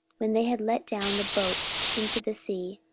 when they had let down the boat into the sea,